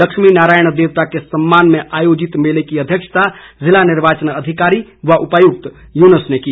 लक्ष्मी नारायण देवता के सम्मान में आयोजित मेले की अध्यक्षता जिला निर्वाचन अधिकारी व उपायुक्त यूनुस ने की